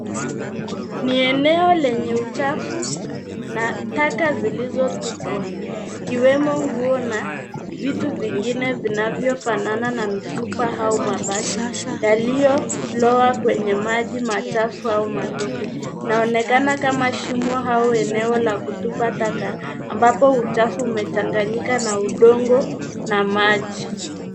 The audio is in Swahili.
Ni eneo lenye uchafu na taka zilizotupwa, zikiwemo nguo na vitu vingine vinavyofanana na mifupa au mabaki yaliyoloa kwenye maji machafu au matope, inaonekana kama shimo au eneo la kutupa taka, ambapo uchafu umechanganyika na udongo na maji.